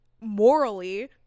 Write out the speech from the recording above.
morally